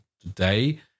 today